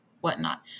whatnot